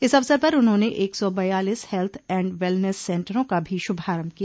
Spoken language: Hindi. इस अवसर पर उन्होंने एक सौ बयालीस हेल्थ एण्ड वेल्नेस सेन्टरों का भी शुभारंभ किया